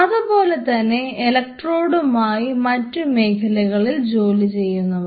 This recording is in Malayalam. അതുപോലെതന്നെ ഇലക്ട്രോഡുകളുമായി മറ്റു മേഖലകളിൽ ജോലി ചെയ്യുന്നവർ